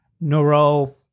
neuro